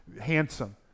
handsome